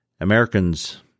Americans